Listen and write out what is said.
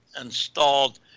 installed